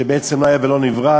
שבעצם לא היה ולא נברא,